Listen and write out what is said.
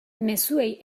mezuei